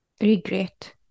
regret